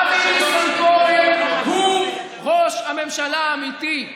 אבי ניסנקורן הוא ראש הממשלה האמיתי.